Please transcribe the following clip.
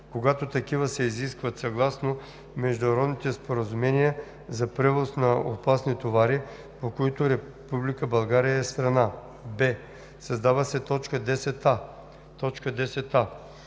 когато такива се изискват съгласно международните споразумения за превоз на опасни товари, по които Република България е страна;“ б) създава се т. 10а: